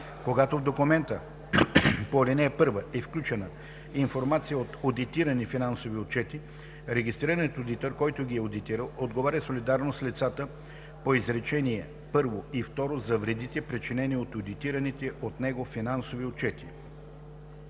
Когато в документа по ал. 1 е включена информация от одитирани финансови отчети, регистрираният одитор, който ги е одитирал, отговаря солидарно с лицата по изречения първо и второ за вредите, причинени от одитираните от него финансови отчети.